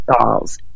dolls